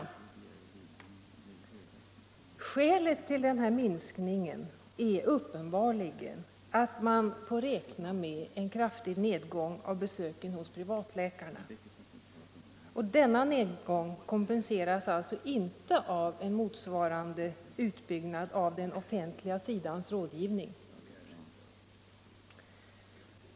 Skälet till denna minskning är uppenbarligen att man får räkna med en kraftig nedgång av besöken hos privatläkarna. Denna nedgång kompenseras alltså inte av en motsvarande utbyggnad av den offentliga sidans rådgivning.